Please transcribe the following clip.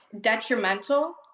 detrimental